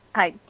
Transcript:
hi.